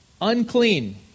Unclean